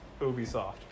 ubisoft